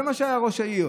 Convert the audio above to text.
זה מה שהיה, ראש העיר.